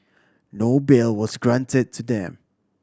no bail was granted to them